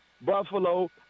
Buffalo